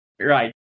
right